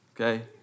okay